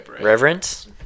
reverence